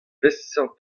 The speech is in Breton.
peseurt